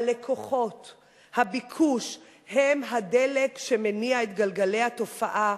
הלקוחות, הביקוש, הם הדלק שמניע את גלגלי התופעה.